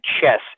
chess